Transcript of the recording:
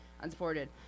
unsupported